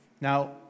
Now